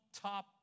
top